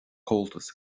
comhaltas